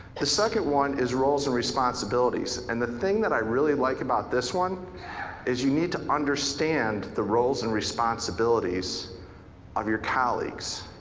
the second one is roles and responsibilities. and the thing that i really like about this one is you need to understand the roles and responsibilities of your colleagues.